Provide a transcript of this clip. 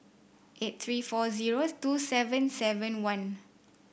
eight three four zero two seven seven one